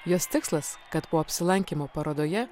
jos tikslas kad po apsilankymo parodoje